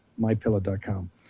mypillow.com